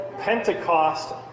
Pentecost